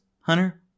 Hunter